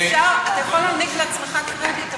אתה יכול להעניק לעצמך קרדיט,